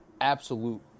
absolute